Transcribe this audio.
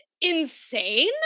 insane